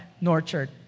nurtured